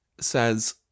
says